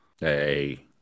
Hey